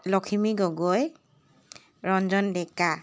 Lakhimi Gogoi Ranjan Deka